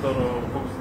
ar gaus